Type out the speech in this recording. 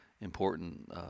important